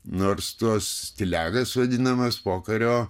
nors tuos styliagas vadinamas pokario